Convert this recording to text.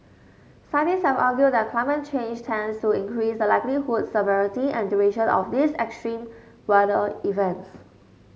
scientists have argued that climate change tends to increase the likelihood severity and duration of these extreme weather events